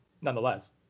nonetheless